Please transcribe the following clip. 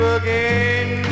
again